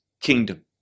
kingdom